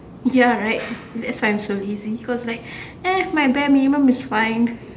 ya right that's why I'm so lazy because like eh my bare minimum is fine